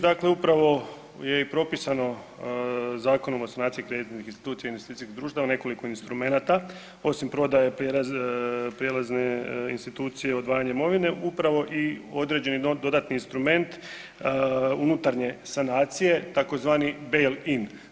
Dakle, upravo je i propisano Zakonom o sanaciji kreditnih institucija i investicijskih društava nekoliko instrumenata osim prodaje prijelazne institucije odvajanje imovine upravo i određeni dodatni instrument unutarnje sanacije tzv. bail in.